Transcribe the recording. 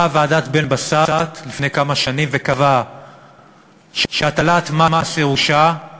באה ועדת בן-בסט לפני כמה שנים וקבעה שהטלת מס ירושה היא